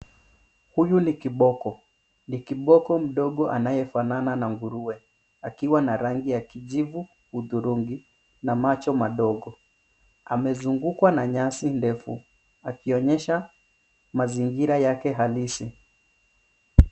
Huyu ni kiboko. Ni kiboko mdogo anayefanana na nguruwe, akiwa na rangi ya kijivu hudhurungi na macho madogo. Amezungukwa na nyasi ndefu, akionyesha mazingira yake halisi.